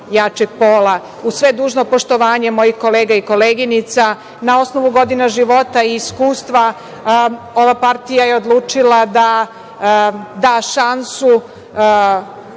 Uz sve dužno poštovanje mojih kolega i koleginica, na osnovu godina života i iskustva, ova partija je odlučila da da šansu